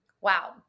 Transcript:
Wow